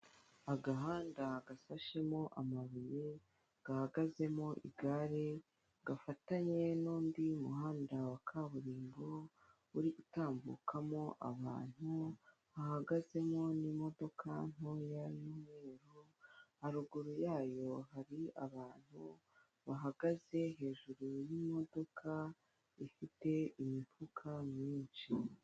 Agahanda gasashemo amabuye gahagazemo igare gafatanye n'undi muhanda wa kaburimbo uri gutambukamo abantu, hahagazemo n'imodoka ntoya y'umweru haruguru yayo hari abantu bahagaze hejuru y'imodoka ifite imifuka myinshi.